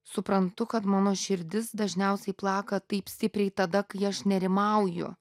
suprantu kad mano širdis dažniausiai plaka taip stipriai tada kai aš nerimauju